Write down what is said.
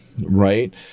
right